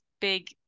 big